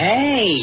Hey